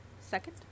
Second